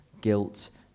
Guilt